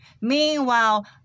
meanwhile